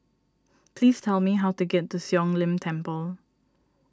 please tell me how to get to Siong Lim Temple